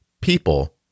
people